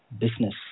Business